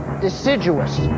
deciduous